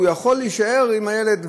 והוא יכול להישאר עם הילד,